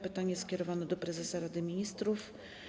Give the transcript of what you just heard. Pytanie jest skierowane do prezesa Rady Ministrów.